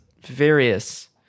various